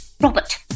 Robert